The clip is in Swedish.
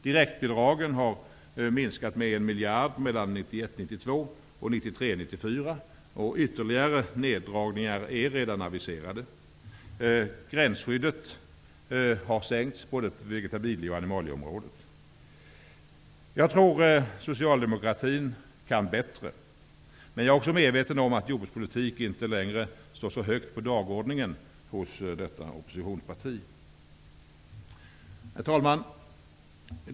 Direktbidragen har minskat med en miljard mellan 1991 94, och ytterligare neddragningar är redan aviserade. Gränsskyddet har sänkts både på vegetabilie och animalieområdet. Jag tror att socialdemokratin kan bättre. Jag är också medveten om att jordbrukspolitik inte längre står så högt på dagordningen hos detta oppositionsparti. Herr talman!